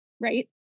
right